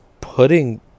putting